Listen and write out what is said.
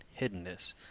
hiddenness